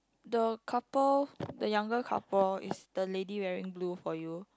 the couple the younger couple is the lady wearing blue for you